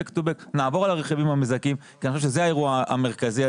נעבור על הרכיבים המזכים כי אני חושב שזה האירוע המרכזי.